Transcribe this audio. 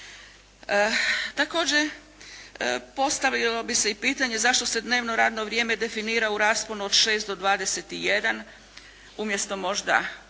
Također postavilo bi se i pitanje zašto se dnevno radno vrijeme definira u rasponu od 6 do 21 umjesto možda